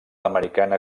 americana